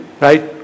right